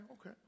okay